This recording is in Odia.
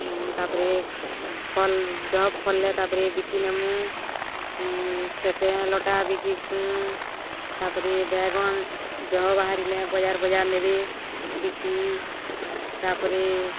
ତା'ପରେ ଫଲ୍ ଜହ ଫଲ୍ଲେ ତା'ପରେ ବିକି ନେମୁ କ୍ଷେତେ ଲଟା ବି ଘିଚ୍ସୁଁ ତା'ପରେ ବେଗନ୍ ଜହ ବାହାରିଲେ ବଜାର୍ ବଜାର୍ ନେବେ ବିକି ତା'ପରେ